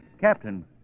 Captain